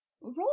Roll